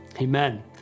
amen